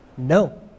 No